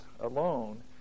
alone